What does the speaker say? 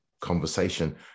conversation